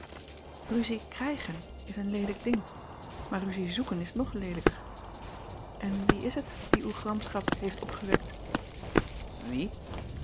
uzie krijgen is een leelijk ding maar ruzie zoeken is nog leelijker n wie is het die uw gramschap heeft opgewekt o ie